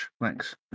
Thanks